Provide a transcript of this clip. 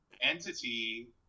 entity